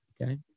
Okay